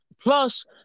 Plus